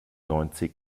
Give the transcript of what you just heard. neunzig